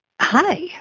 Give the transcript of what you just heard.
Hi